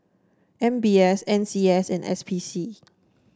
M B S N C S and S P C